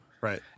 Right